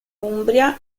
umbria